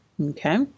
Okay